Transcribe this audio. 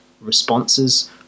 responses